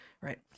right